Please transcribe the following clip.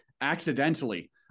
accidentally